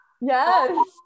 yes